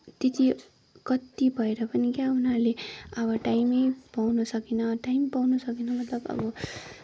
त्यति कति भएर पनि क्या उनीहरूले अब टाइमै पाउन सकेन टाइम पाउन सकेन मतलब अब